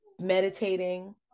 meditating